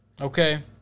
Okay